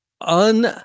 un-